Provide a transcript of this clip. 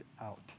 out